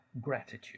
gratitude